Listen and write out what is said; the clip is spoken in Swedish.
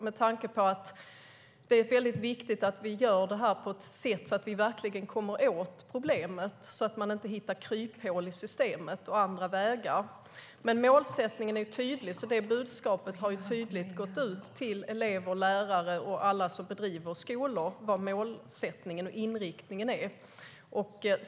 Det är ju väldigt viktigt att vi gör det här på ett sätt så att vi verkligen kommer åt problemet och att man inte hittar kryphål i systemet och andra vägar. Men målsättningen är tydlig, och det har tydligt gått ut till elever, lärare och alla som bedriver skolor vad målsättningen och inriktningen är.